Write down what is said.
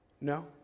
No